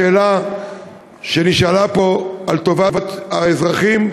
בשאלה שנשאלה פה על טובת האזרחים,